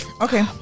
Okay